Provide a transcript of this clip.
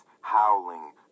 howling